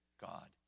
God